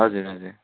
हजुर हजुर